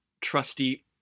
trusty